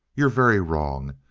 you're very wrong.